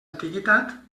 antiguitat